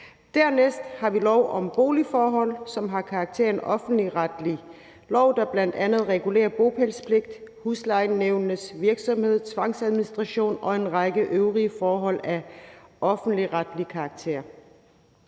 Dernæst har vi lov om boligforhold, som har karakter af en offentligretlig lov, der bl.a. regulerer bopælspligt, huslejenævnenes virksomhed, tvangsadministration og en række øvrige forhold af offentligretlig karakter.